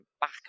back